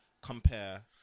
compare